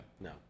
No